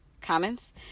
comments